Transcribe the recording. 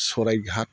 Saraighat